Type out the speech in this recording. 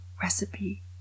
recipe